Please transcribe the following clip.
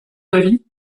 avis